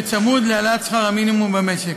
בצמוד להעלאת שכר המינימום במשק.